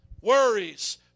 Worries